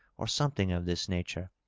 or something of this nature,